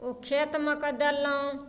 ओ खेतमे कऽ देलहुॅं